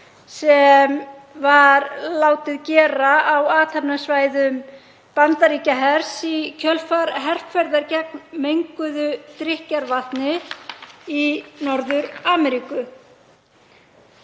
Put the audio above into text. sem var gerð á athafnasvæðum Bandaríkjahers í kjölfar herferðar gegn menguðu drykkjarvatni í Norður-Ameríku.